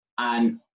And-